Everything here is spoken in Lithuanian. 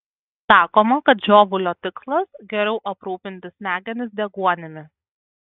sakoma kad žiovulio tikslas geriau aprūpinti smegenis deguonimi